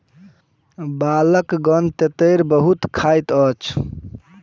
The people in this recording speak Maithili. बालकगण तेतैर बहुत खाइत अछि